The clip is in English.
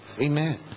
Amen